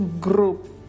group